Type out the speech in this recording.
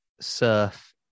surf